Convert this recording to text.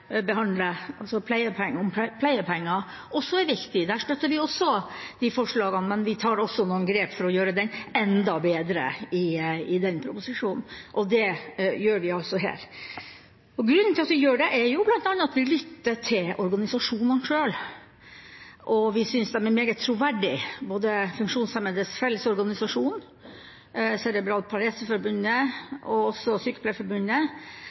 pleiepenger, som en annen komité behandler, også er viktig. Vi støtter forslagene der, men vi tar også noen grep for å gjøre den proposisjonen enda bedre. Det gjør vi også her. Grunnen til at vi gjør det, er bl.a. at vi lytter til organisasjonene sjøl, og vi synes de er meget troverdige. Både Funksjonshemmedes Fellesorganisasjon, Cerebral Parese-foreningen og også Sykepleierforbundet advarer mot å tro at det